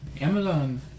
Amazon